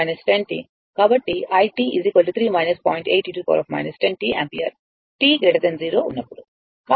t 0 ఉన్నప్పుడు